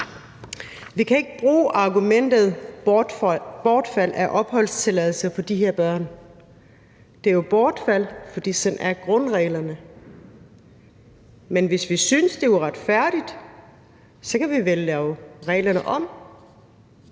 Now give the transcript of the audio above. Vi kan ikke bruge argumentet om bortfald af opholdstilladelse på de her børn. Den er jo bortfaldet, for sådan er grundreglerne, men hvis vi synes, at det er uretfærdigt, kan vi vel lave reglerne om.